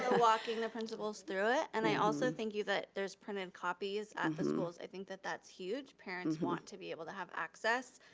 walking the principals through it and i also thank you that there's printed copies at the schools. i think that that's huge. parents want to be able to have access.